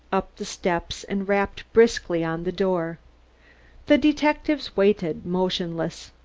up the steps and rapped briskly on the door the detectives waited motionless,